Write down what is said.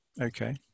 Okay